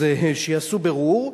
אז שיעשו בירור.